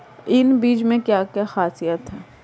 इन बीज में क्या क्या ख़ासियत है?